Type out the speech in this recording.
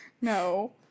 No